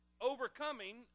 Overcoming